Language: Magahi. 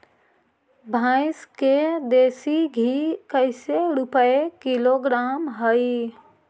भैंस के देसी घी कैसे रूपये किलोग्राम हई?